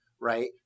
right